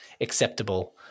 acceptable